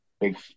Big